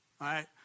right